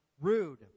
rude